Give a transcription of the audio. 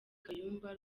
kayumba